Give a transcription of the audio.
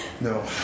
No